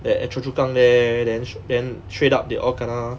that at choa chu kang there then stra~ straight up they all kena